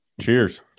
Cheers